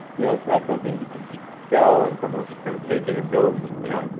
you know, it's not something you can sell, and someone's just going to take it and build, you know,